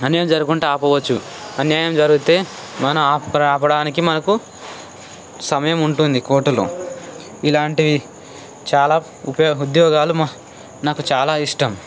అన్యాయం జరగకుండా ఆపవచ్చు అన్యాయం జరిగితే మన ఆప ఆపడానికి మనకు సమయం ఉంటుంది కోర్టులో ఇలాంటి చాలా ఉపయోగ ఉద్యోగాలు నాకు చాలా ఇష్టం